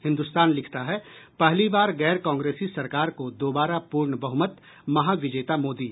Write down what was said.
हिन्दुस्तान लिखता है पहली बार गैर कांग्रेसी सरकार को दोबारा पूर्ण बहुमत महाविजेता मोदी